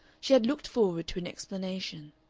she had looked forward to an explanation.